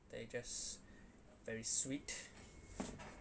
that you just very sweet